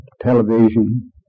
television